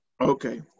Okay